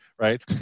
Right